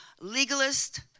Legalist